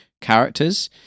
characters